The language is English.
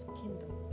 kingdom